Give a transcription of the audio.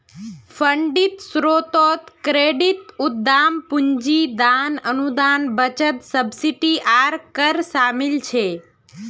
funding स्रोतोत credit, उद्दाम पूंजी, दान, अनुदान, बचत, सब्सिडी आर कर शामिल छे